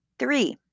Three